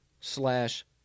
slash